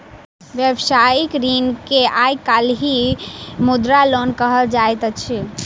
व्यवसायिक ऋण के आइ काल्हि मुद्रा लोन कहल जाइत अछि